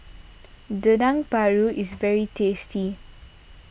Dendeng Paru is very tasty